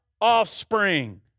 offspring